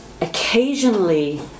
occasionally